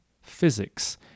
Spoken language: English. physics